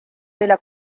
della